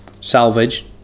Salvage